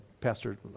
pastor